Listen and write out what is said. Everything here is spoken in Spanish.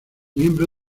miembro